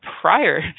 prior